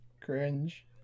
cringe